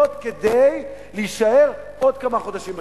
שלו כדי להישאר עוד כמה חודשים בשלטון,